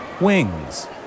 wings